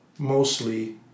Mostly